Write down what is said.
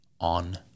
on